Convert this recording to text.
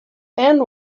and